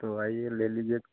तो आइए ले लीजिए